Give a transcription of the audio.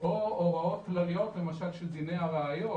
או הוראות כלליות למשל של דיני הראיות,